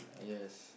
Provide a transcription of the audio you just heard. yes